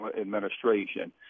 administration